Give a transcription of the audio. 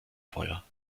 feuer